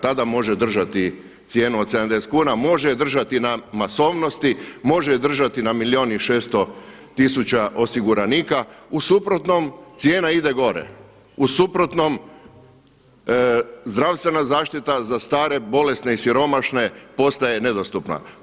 Tada može držati cijenu od 70 kuna, može je držati na masovnosti, može je držati na 1 milijun i 600 tisuća osiguranika u suprotnom cijena ide gore, u suprotnom zdravstvena zaštita za stare, bolesne i siromašne postaje nedostupna.